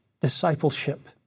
discipleship